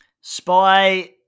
Spy